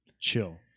chill